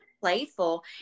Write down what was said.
playful